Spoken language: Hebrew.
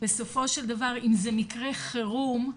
בסופו של דבר, אם זה מקרה חירום,